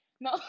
No